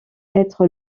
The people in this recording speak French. être